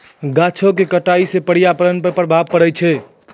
गाछो क कटाई सँ पर्यावरण पर प्रभाव पड़ै छै